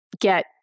get